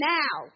now